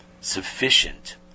sufficient